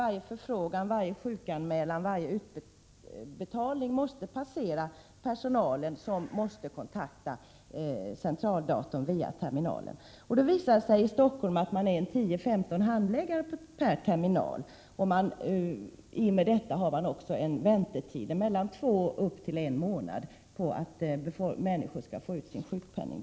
Varje förfrågan, sjukanmälan och utbetalning måste passera personalen, som är tvungen att sätta sig i förbindelse med centraldatorn via terminalen. I Stockholm finns det 10-15 handläggare per terminal, och därför blir det en väntetid på mellan en och två månader, innan människorna får ut sjukpenningen.